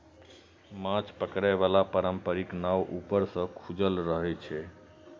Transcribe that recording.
माछ पकड़े बला पारंपरिक नाव ऊपर सं खुजल रहै छै